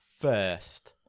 first